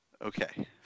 Okay